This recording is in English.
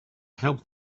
helped